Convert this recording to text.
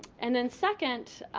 and then, second,